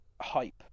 hype